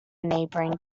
neighbouring